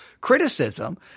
criticism